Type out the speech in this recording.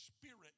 spirit